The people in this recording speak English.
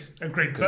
Agreed